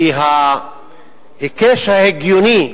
כי ההיקש ההגיוני,